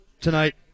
tonight